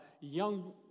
young